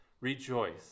Rejoice